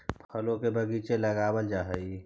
फलों के बगीचे लगावल जा हई